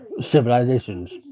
civilizations